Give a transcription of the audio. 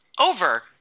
Over